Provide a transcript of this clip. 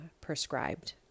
prescribed